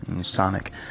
Sonic